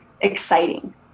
exciting